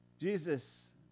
Jesus